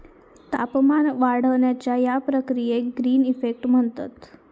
तापमान वाढण्याच्या या प्रक्रियेक ग्रीन इफेक्ट म्हणतत